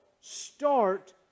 start